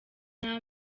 nta